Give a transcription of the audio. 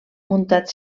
muntat